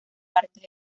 partes